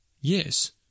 Yes